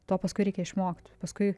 to paskui reikia išmokt paskui